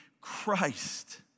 Christ